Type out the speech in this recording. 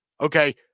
Okay